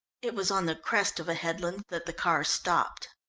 it was on the crest of a headland that the car stopped.